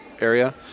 area